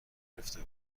گرفته